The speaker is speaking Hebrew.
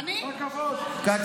מהיכן